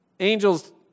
Angels